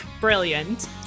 Brilliant